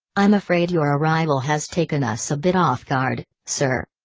i'm afraid your arrival has taken us a bit off guard, sir.